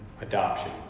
Adoption